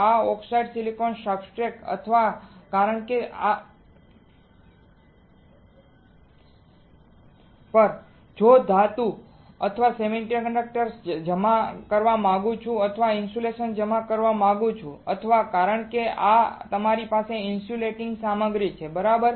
આ oxidized silicon substrate પર જો હું ધાતુ અથવા સેમિકન્ડક્ટર જમા કરવા માંગુ છું અથવા હું ઇન્સ્યુલેટર જમા કરવા માંગુ છું અથવા કારણ કે આ તમારી ઇન્સ્યુલેટીંગ સામગ્રી છે બરાબર